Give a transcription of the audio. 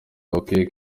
bakwiye